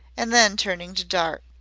and then turning to dart.